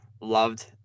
loved